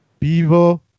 pivo